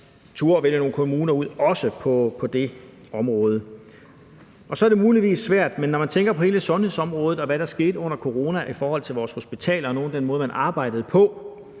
turde vælge nogle kommuner ud også på det område. Så er det muligvis svært, men når man tænker på hele sundhedsområdet, og hvad der skete under corona i forhold til vores hospitaler og de måder, man arbejdede på,